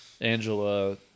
Angela